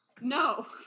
No